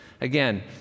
Again